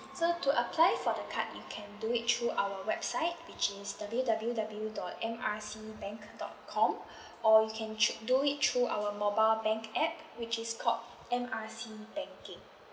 so to apply for the card you can do it through our website which is W W W dot M R C bank dot com or you can through do it through our mobile bank app which is called M R C banking